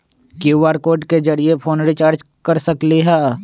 QR code के जरिय phone recharge कर सकली ह?